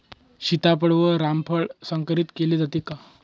सीताफळ व रामफळ संकरित केले जाते का?